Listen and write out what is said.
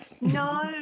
No